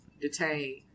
detain